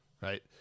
right